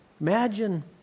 Imagine